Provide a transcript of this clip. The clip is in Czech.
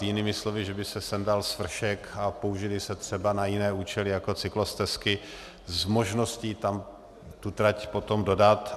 Jinými slovy, že by se sundal svršek a použily by se třeba na jiné účely, jako cyklostezky, s možností tam tu trať potom dodat.